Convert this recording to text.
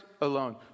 alone